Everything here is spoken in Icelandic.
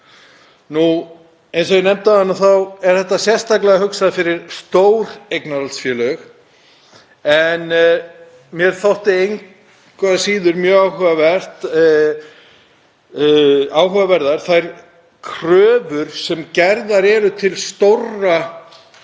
Eins og ég nefndi áðan er þetta sérstaklega hugsað fyrir stór eignarhaldsfélög. Mér þykja engu að síður mjög áhugaverðar þær kröfur sem gerðar eru til stórra